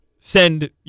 send